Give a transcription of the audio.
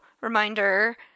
reminder